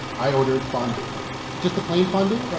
i ordered fondue just the plain fondue.